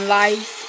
life